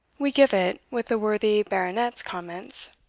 we give it, with the worthy baronet's comments.